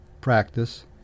practice